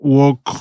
work